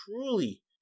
truly